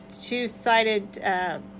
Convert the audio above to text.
two-sided